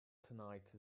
tonight